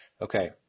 Okay